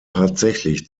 tatsächlich